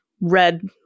red